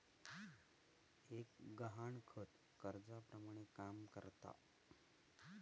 एक गहाणखत कर्जाप्रमाणे काम करता